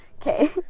okay